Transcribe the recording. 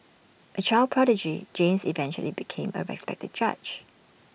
A child prodigy James eventually became A respected judge